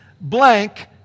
blank